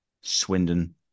Swindon